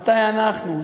מתי אנחנו,